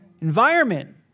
Environment